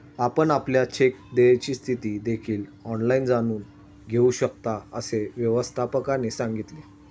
आपण आपल्या चेक देयची स्थिती देखील ऑनलाइन जाणून घेऊ शकता, असे व्यवस्थापकाने सांगितले